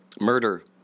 murder